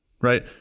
right